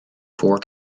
four